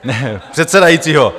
Ne, předsedajícího.